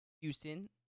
Houston